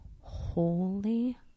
holy